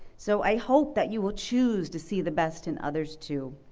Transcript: so i hope that you will choose to see the best in others too.